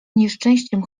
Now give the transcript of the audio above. nieszczęściem